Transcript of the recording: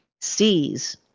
sees